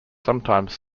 sometimes